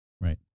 Right